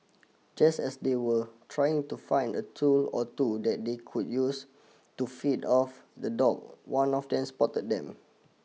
just as they were trying to find a tool or two that they could use to feed off the dog one of them spotted them